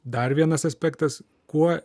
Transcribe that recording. dar vienas aspektas kuo